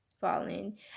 fallen